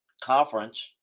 conference